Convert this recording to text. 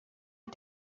you